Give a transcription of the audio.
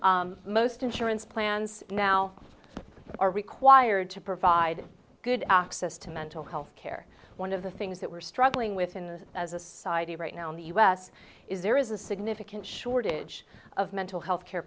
it most insurance plans now are required to provide good access to mental health care one of the things that we're struggling with in as a society right now in the us is there is a significant shortage of mental health care